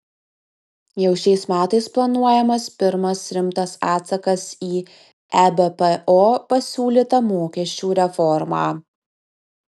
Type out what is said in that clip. jau šiais metais planuojamas pirmas rimtas atsakas į ebpo pasiūlytą mokesčių reformą